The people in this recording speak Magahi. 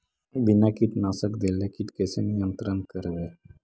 बिना कीटनाशक देले किट कैसे नियंत्रन करबै?